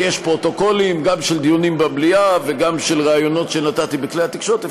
יש פרוטוקולים גם של דיונים במליאה וגם של ראיונות שנתתי בכלי התקשורת.